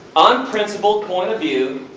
unprincipled point of view,